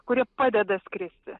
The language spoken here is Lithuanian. kurie padeda skristi